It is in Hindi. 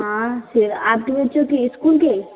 हाँ फिर आपके बच्चों के स्कुल के